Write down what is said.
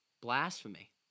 Blasphemy